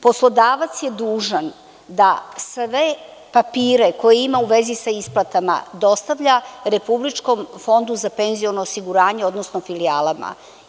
Poslodavac je dužan da sve papire koje ima u vezi sa isplatama dostavlja Republičkom fondu za penziono osiguranje, odnosno filijalama.